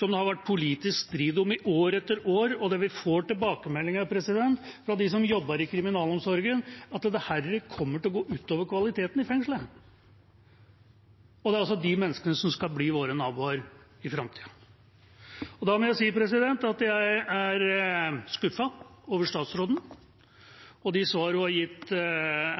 har vært politisk strid om i år etter år. Vi får tilbakemeldinger fra dem som jobber i kriminalomsorgen, om at dette kommer til å gå ut over kvaliteten i fengslene – og det er disse menneskene som skal bli våre naboer i framtida. Jeg er skuffet over statsråden og de svarene hun har gitt